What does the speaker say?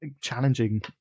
challenging